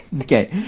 Okay